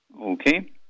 Okay